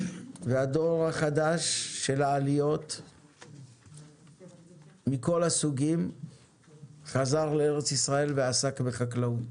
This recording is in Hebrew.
הדור החדש של העליות מכל הסוגים חזר לארץ ישראל ועסק בחקלאות,